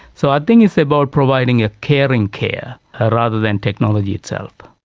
so i think it's about providing a caring care rather than technology itself.